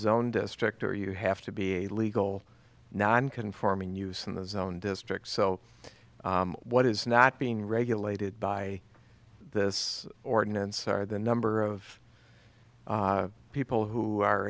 zone district or you have to be a legal non conforming use in the zone district so what is not being regulated by this ordinance are the number of people who are